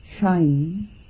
shine